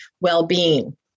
well-being